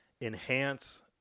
enhance